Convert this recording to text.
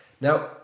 Now